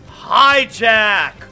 Hijack